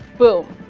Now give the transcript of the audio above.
boom.